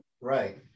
Right